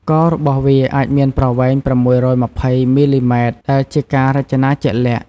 ករបស់វាអាចមានប្រវែង ៦២០ មីលីម៉ែត្រ ដែលជាការរចនាជាក់លាក់។